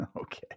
okay